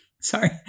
sorry